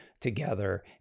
together